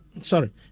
Sorry